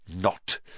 Not